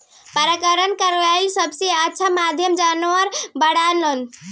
परागण करावेके सबसे अच्छा माध्यम जानवर बाड़न